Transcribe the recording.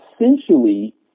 essentially